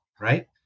right